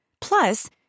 Plus